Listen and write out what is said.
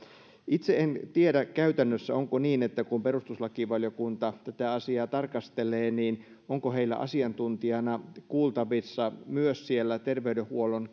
itse en tiedä onko käytännössä niin kun perustuslakivaliokunta tätä asiaa tarkastelee että heillä on asiantuntijana kuultavissa myös terveydenhuollon